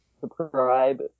Subscribe